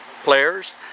players